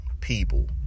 people